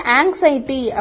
anxiety